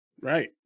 Right